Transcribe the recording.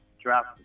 draft